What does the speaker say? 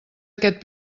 aquest